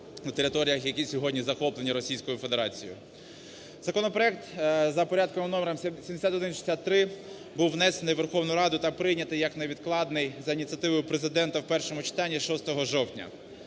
Законопроект за порядковим номером 7163 був внесений у Верховну Раду та прийнятий як невідкладний за ініціативою Президента у першому читанні 6 жовтня.